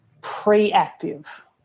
pre-active